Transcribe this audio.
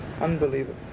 Unbelievable